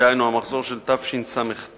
דהיינו המחזור של תשס"ט,